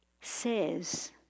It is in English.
says